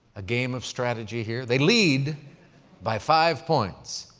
a game of strategy here? they lead by five points.